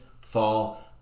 fall